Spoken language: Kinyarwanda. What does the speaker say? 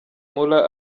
mula